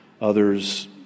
others